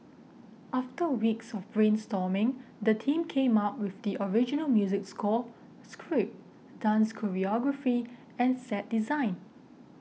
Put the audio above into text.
after weeks of brainstorming the team came up with the original music score script dance choreography and set design